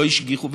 לא השגיחו,